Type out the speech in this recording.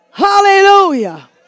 Hallelujah